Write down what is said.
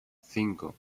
cinco